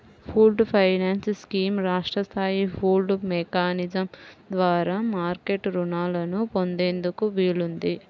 pooled finance scheme రాష్ట్ర స్థాయి pooled mechanism ద్వారా మార్కెట్ రుణాలను పొందేందుకు వీలుంది